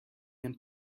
and